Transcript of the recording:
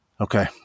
Okay